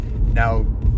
Now